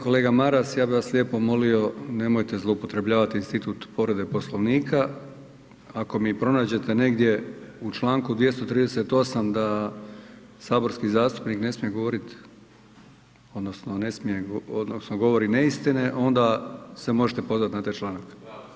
Kolega Maras ja bih vas lijepo molio nemojte zloupotrebljavati institut povrede Poslovnika, ako mi pronađene negdje u Članku 238. da saborski zastupnik ne smije govorit odnosno ne smije odnosno govori neistine onda se možete pozvati na taj članak.